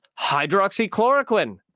hydroxychloroquine